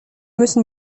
müssen